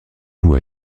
vous